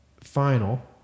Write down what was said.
final